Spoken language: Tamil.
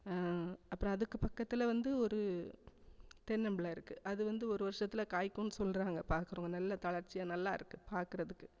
அப்புறம் அதுக்கு பக்கத்தில் வந்து ஒரு தென்னம்பிள்ளை இருக்கு அது வந்து ஒரு வர்ஷத்தில் காய்க்கும் சொல்லுறாங்க பார்க்குறவங்க நல்லா தளர்ச்சி நல்லா இருக்கு பார்க்குறதுக்கு